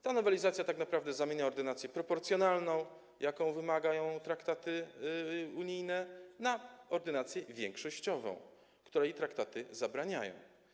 Ta nowelizacja tak naprawdę zamienia ordynację proporcjonalną, jakiej wymagają traktaty unijne, na ordynację większościową, której traktaty zabraniają.